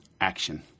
Action